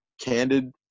candid